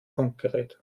funkgerät